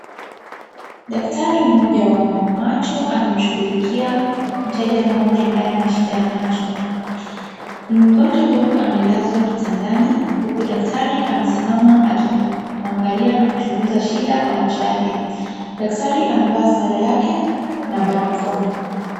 Daktari mmoja wa macho anamshughulikia mteja mmoja ambaye ana shida ya macho. Mgonjwa huyu, amelazwa kitandani huku daktari amesimama akimwangalia na kuchunguza shida kwa macho yake. Daktari amevaa sare yake na barakoa.